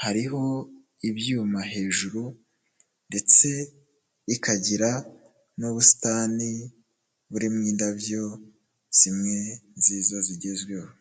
hariho ibyuma hejuru ndetse ikagira n'ubusitani burimo indabyo zimwe nziza zigezweho.